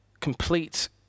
complete